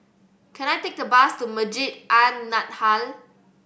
can I take a bus to Masjid An Nahdhah